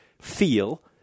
feel